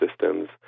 systems